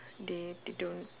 they they do~